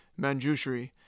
Manjushri